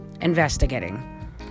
investigating